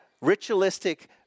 ritualistic